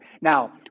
Now